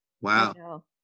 Wow